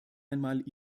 einmal